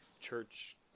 church